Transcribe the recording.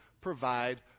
provide